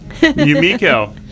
Yumiko